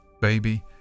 baby